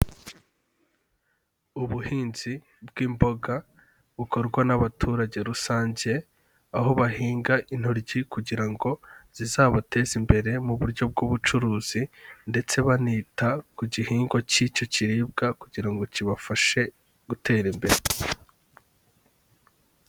Ubuhinzi bw'imboga bukorwa n'abaturage rusange, aho bahinga intoryi kugira ngo zizabateze imbere mu buryo bw'ubucuruzi ndetse banita ku gihingwa cy'icyo kiribwa kugira ngo kibafashe gutera imbere.